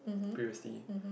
previously